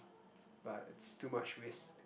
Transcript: but is too much risks